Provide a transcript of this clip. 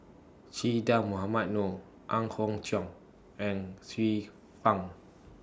Che Dah Mohamed Noor Ang Hiong Chiok and Xiu Fang